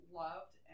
loved